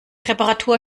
reparatur